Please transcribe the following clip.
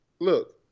look